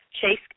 Chase